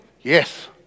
Yes